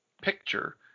Picture